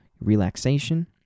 relaxation